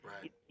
Right